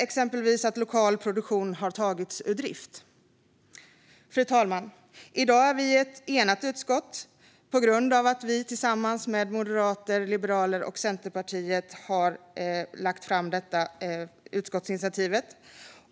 Även lokal produktion har tagits ur drift. Fru talman! I dag är vi ett enat utskott eftersom vi tillsammans med moderater, liberaler och Centerpartiet har lagt fram detta utskottsinitiativ.